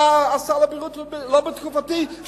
לסל הבריאות ולא בתקופתי,